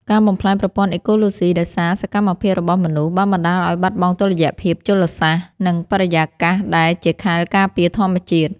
ការបំផ្លាញប្រព័ន្ធអេកូឡូស៊ីដោយសារសកម្មភាពរបស់មនុស្ស បានបណ្ដាលឱ្យបាត់បង់តុល្យភាពជលសាស្ត្រ និងបរិយាកាសដែលជាខែលការពារធម្មជាតិ។